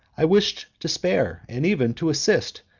i wished to spare, and even to assist,